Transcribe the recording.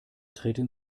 treten